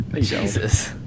Jesus